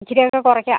ഇച്ചിരിയൊക്ക കുറയ്ക്കാം